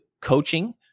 coaching